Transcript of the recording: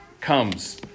comes